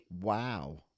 wow